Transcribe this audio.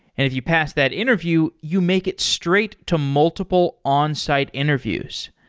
if you pass that interview, you make it straight to multiple onsite interviews.